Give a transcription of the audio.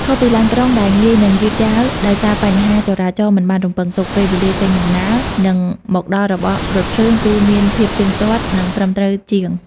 ខុសពីឡានក្រុងដែលងាយនឹងយឺតយ៉ាវដោយសារបញ្ហាចរាចរណ៍មិនបានរំពឹងទុក ពេលវេលាចេញដំណើរ និងមកដល់របស់រថភ្លើងគឺមានភាពទៀងទាត់ និងត្រឹមត្រូវជាង។